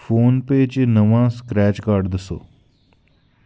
फोनपेऽ च नमां scratch card दस्सो